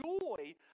joy